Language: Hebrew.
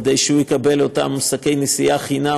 כדי שהוא יקבל את אותם שקי נשיאה חינם,